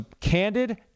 candid